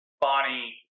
Bonnie